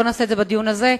לא נעשה את זה בדיון הזה,